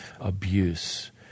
Abuse